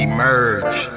Emerge